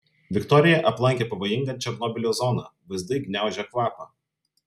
viktorija aplankė pavojingą černobylio zoną vaizdai gniaužia kvapą